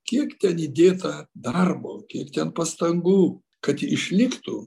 kiek ten įdėta darbo kiek ten pastangų kad išliktų